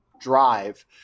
drive